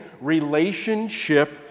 relationship